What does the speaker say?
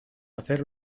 hacer